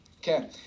Okay